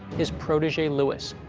his protege, lewis.